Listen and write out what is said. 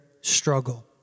struggle